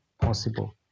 possible